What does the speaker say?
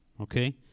okay